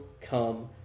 come